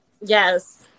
Yes